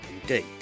indeed